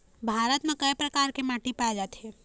भारत म कय प्रकार के माटी पाए जाथे?